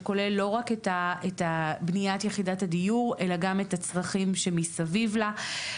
שכולל לא רק את בניית יחידת הדיור אלא גם את הצרכים שמסביב לה.